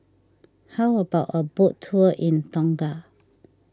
how about a boat tour in Tonga